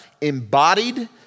embodied